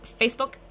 Facebook